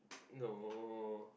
know